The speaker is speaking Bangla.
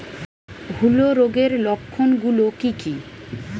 হূলো রোগের লক্ষণ গুলো কি কি?